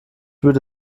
würde